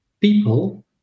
people